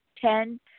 Ten